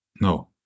No